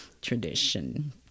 tradition